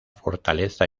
fortaleza